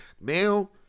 Now